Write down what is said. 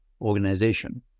organization